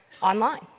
online